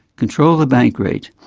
control the bank rate.